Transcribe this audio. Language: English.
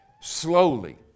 slowly